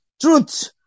Truth